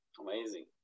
Amazing